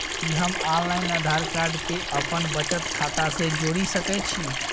कि हम online Aadhaar card के अपन बचत खाता से जोरि सकै छी?